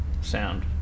Sound